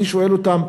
אני שואל אותם: